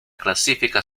classifica